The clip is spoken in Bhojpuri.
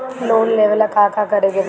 लोन लेबे ला का करे के पड़ी?